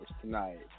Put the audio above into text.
tonight